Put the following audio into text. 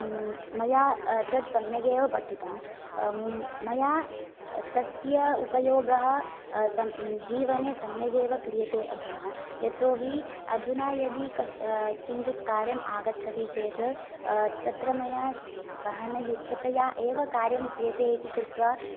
मया तत् सम्यगेव पठितम् मया तस्य उपयोगः जीवने सम्यगेव क्रियते अधुना यतोहि अधुना यदि कश् किञ्चित् कार्यम् आगच्छति चेत तत्र मया सहनयुक्ततया एव कार्यम् इति कृत्वा